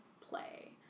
play